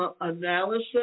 analysis